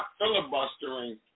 filibustering